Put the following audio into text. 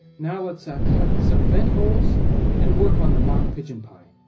now let's ah cut some vent holes and work on the mock pigeon pie.